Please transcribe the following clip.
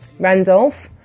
Randolph